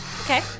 okay